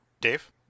Dave